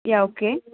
య ఓకే